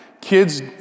kids